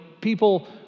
people